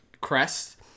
crest